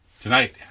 Tonight